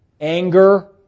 anger